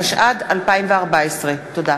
התשע"ד 2014. תודה.